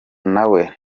nawe